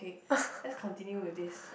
okay let's continue with this